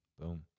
Boom